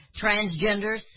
Transgenders